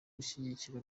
gushyigikira